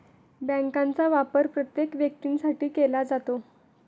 बँकांचा वापर प्रत्येक व्यक्तीसाठी केला जातो